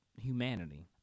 humanity